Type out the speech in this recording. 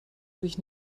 sich